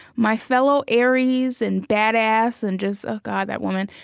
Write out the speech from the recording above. my fellow aries and badass and just oh, god, that woman.